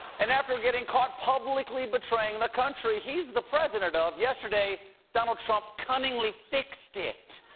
and after getting caught publicly betraying the country he's the president and of, yesterday donald trump kunningly fixed it.